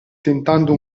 tentando